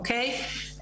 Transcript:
אוקי,